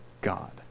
God